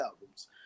albums